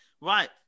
Right